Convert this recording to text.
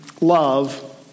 love